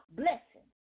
blessing